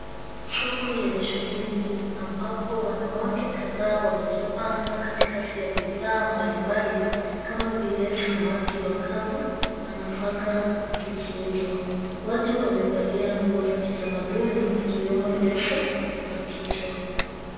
Soko lenye shughuli nyingi ambapo wanawake kadhaa wamejipanga katikati ya bidhaa mbalimbali kama vile samaki wakavu na nafaka zikiuzwa. Watu wamevalia nguo za kitamaduni ikiwemo leso za kichwa.